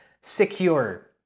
secure